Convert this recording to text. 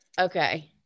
Okay